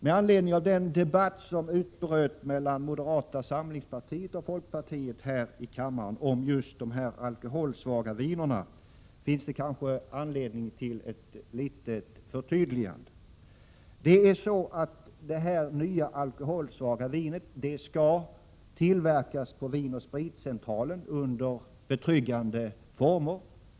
Med anledning av den debatt som utbröt här mellan moderata samlingspartiet och folkpartiet om just de alkoholsvaga vinerna finns det kanske anledning till ett förtydligande. Det nya alkoholsvaga vinet skall tillverkas på Vin & Spritcentralen under betryggande former.